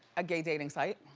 a gay dating site.